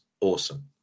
awesome